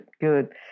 good